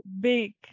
big